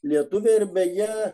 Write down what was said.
lietuvę ir beje